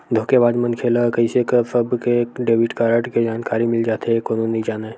धोखेबाज मनखे ल कइसे सबके डेबिट कारड के जानकारी मिल जाथे ए कोनो नइ जानय